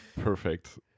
Perfect